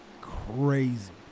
Crazy